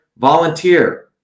volunteer